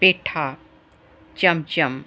ਪੇਠਾ ਚਮ ਚਮ